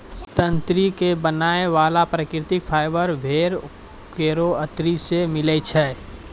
तंत्री क बनाय वाला प्राकृतिक फाइबर भेड़ केरो अतरी सें मिलै छै